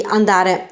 andare